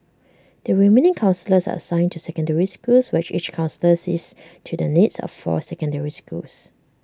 the remaining counsellors are assigned to secondary schools where each counsellor sees to the needs of four secondary schools